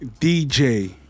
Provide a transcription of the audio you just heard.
DJ